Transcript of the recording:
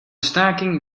staking